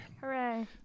Hooray